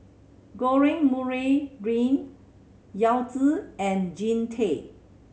George Murray Reith Yao Zi and Jean Tay